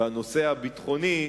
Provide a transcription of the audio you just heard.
והנושא הביטחוני,